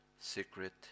secret